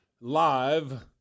live